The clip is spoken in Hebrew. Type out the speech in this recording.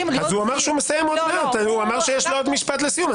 הוא אמר שיש לו משפט לסיום.